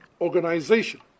organization